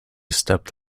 stepped